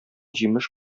җимеш